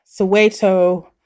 Soweto